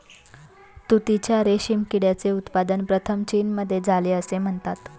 तुतीच्या रेशीम किड्याचे उत्पादन प्रथम चीनमध्ये झाले असे म्हणतात